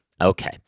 Okay